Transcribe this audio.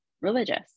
religious